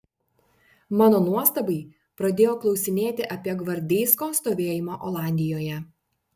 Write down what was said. mano nuostabai pradėjo klausinėti apie gvardeisko stovėjimą olandijoje